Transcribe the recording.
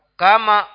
kama